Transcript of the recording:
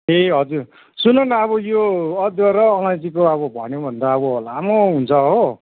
ए हजुर सुन्नु न अब यो अदुवा र अलैँचीको अब भन्यो भने त अब लामो हुन्छ हो